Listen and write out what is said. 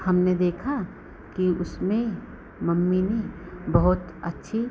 हमने देखा कि उसमें बहुत अच्छी